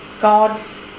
God's